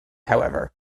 however